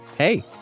Hey